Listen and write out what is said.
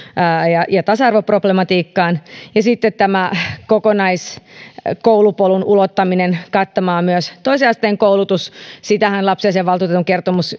ja ja tasa arvoproblematiikkaan ja sitten on tämä kokonaiskoulupolun ulottaminen kattamaan myös toisen asteen koulutus sitähän lapsiasiainvaltuutetun kertomus